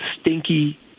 stinky